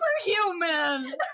superhuman